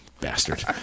Bastard